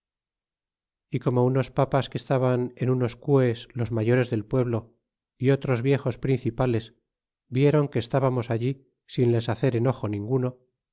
y como unos papas que estaban en unos cues los mayores del pueblo y otros viejos principales viéron que estábamos allí sin les hacer enojo ninguno